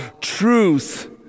truth